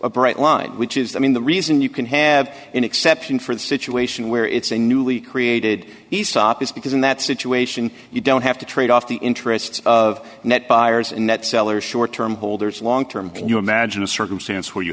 a bright line which is the i mean the reason you can have an exception for the situation where it's a newly created aesop is because in that situation you don't have to trade off the interest of net buyers in that sellers short term holders long term can you imagine a circumstance where you